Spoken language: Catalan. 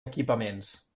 equipaments